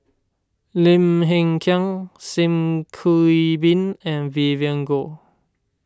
Lim Hng Kiang Sim Kee Boon and Vivien Goh